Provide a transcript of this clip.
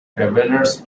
travellers